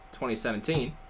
2017